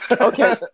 Okay